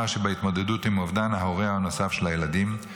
שבהתמודדות עם אובדן ההורה הנוסף של הילדים,